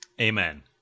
Amen